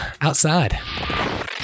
outside